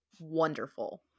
wonderful